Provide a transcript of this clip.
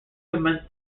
commenced